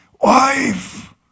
Wife